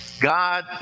God